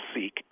seek